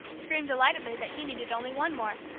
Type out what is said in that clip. screamed delightedly that he needed only one more,